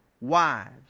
wives